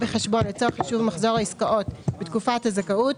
בחשבון לצורך חישוב מחזור העסקאות בתקופת הזכאות,